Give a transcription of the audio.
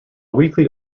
weekly